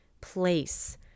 place